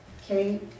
Okay